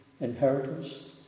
inheritance